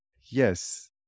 yes